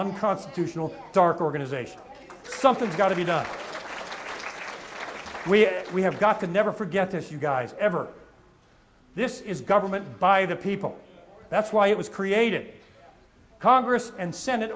unconstitutional dark organization something's got to be done we have got to never forget this you guys ever this is government by the people that's why it was created congress and sen